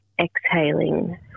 exhaling